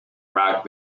rock